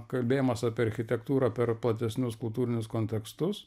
kalbėjimas apie architektūrą per platesnius kultūrinius kontekstus